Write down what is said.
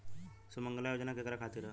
सुमँगला योजना केकरा खातिर ह?